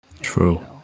True